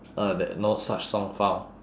uh that no such song found